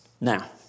Now